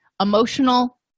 emotional